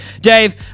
Dave